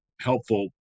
helpful